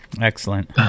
excellent